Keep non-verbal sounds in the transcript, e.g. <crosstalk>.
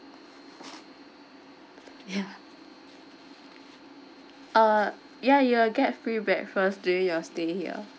<laughs> ya uh ya you'll get free breakfast during your stay here